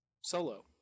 Solo